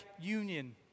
union